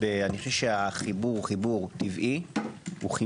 אני חושב החיבור הוא חיבור טבעי ונכון,